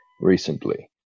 recently